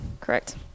correct